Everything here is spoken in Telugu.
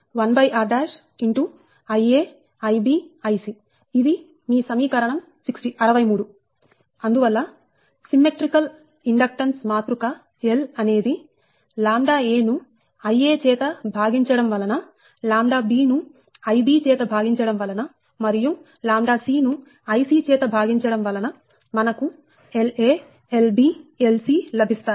మరియు log 1r log 1Dab log 1Dca log 1Dab log 1r log 1Dbc log 1Dca log 1Dbc log 1r into Ia Ib Ic ఇది మీ సమీకరణం 63అందువల్ల సిమ్మెట్రీకల్ ఇండక్టెన్స్ మాతృక L అనేది ʎa ను Ia చేత భాగించడం వలన ʎb ను Ib చేత భాగించడం వలన మరియు ʎc ను Ic చేత భాగించడం వలన మనకు La Lb Lc లభిస్తాయి